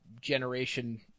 generation